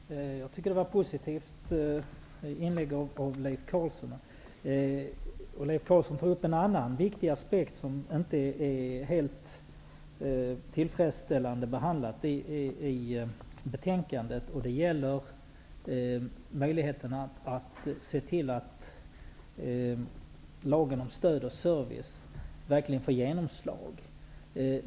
Herr talman! Jag tycker att det var ett positivt inlägg av Leif Carlson. Leif Carlson tog upp en annan viktig aspekt som inte är helt tillfredsställande behandlad i betänkandet, och det gäller möjligheterna att se till att lagen om stöd och service verkligen får genomslag.